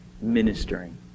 ministering